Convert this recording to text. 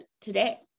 today